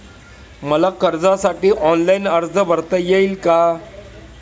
मला कर्जासाठी ऑनलाइन अर्ज भरता येईल का?